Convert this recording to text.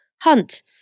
Hunt